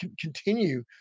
continue